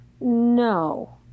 No